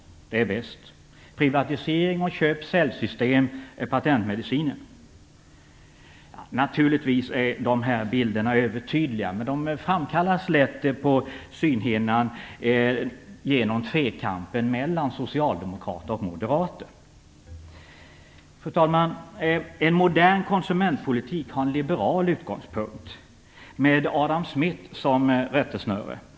Det är bäst. Privatisering och köp-säljsystem är patentmedicinen. Naturligtvis är dessa bilder övertydliga. Men de framkallas lätt på näthinnan genom tvekampen mellan socialdemokrater och moderater. Fru talman! En modern konsumentpolitik har en liberal utgångspunkt med Adam Smith som rättesnöre.